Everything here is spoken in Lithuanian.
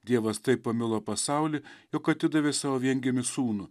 dievas taip pamilo pasaulį jog atidavė savo viengimį sūnų